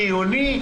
חיוני,